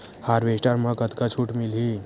Harvester म कतका छूट मिलही?